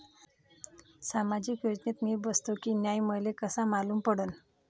सामाजिक योजनेत मी बसतो की नाय हे मले कस मालूम पडन?